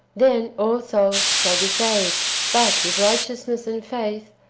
then all souls shall be saved but if righteousness and faith,